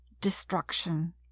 destruction